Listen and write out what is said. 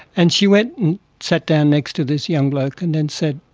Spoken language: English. and she went and sat down next to this young bloke and then said,